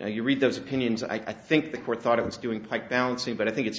you read those opinions and i think the court thought it was doing quite balancing but i think it's